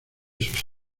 sus